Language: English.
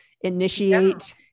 initiate